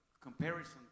Comparison